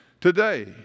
today